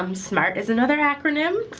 um smart is another acronym.